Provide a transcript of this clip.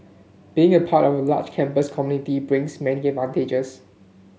being a part of a large campus community brings many advantages